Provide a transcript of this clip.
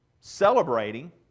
celebrating